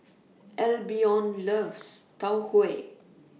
Albion loves Tau Huay